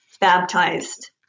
baptized